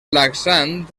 laxant